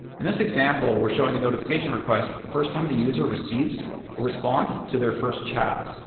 in this example, we're showing a notification request the first time the user receives a response to their first chat.